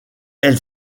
elle